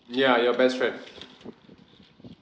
ya your best friend